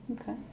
Okay